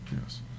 yes